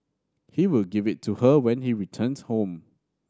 he would give it to her when he returned home